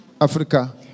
Africa